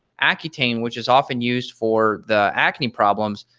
accutane which is often used for the acne problems.